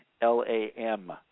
L-A-M